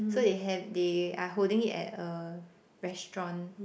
so they have they are holding it at a restaurant